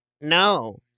No